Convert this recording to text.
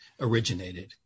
originated